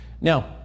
Now